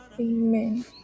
Amen